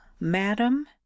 madam